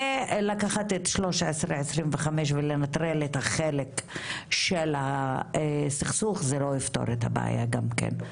ולקחת את 1325 ולנטרל את החלק של הסכסוך זה לא יפתור את הבעיה גם כן.